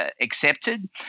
accepted